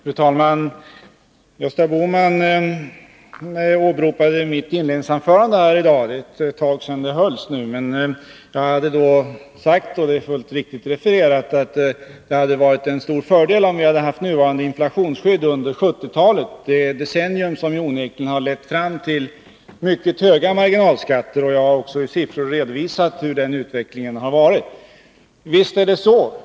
Fru talman! Gösta Bohman åberopade mitt inledningsanförande här i dag. Det är nu ett tag sedan jag höll det. Jag sade då — det är fullt riktigt refererat — att det hade varit en stor fördel, om vi hade haft nuvarande inflationsskydd under 1970-talet, det decennium som ju onekligen lett fram till mycket höga marginalskatter. Jag har i siffror redovisat hur utvecklingen har varit. Visst är det så!